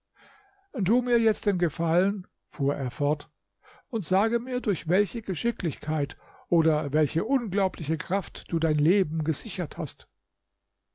tu mir jetzt den gefallen fuhr er fort und sage mir durch welche geschicklichkeit oder welche unglaubliche kraft du dein leben gesichert hast